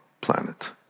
planet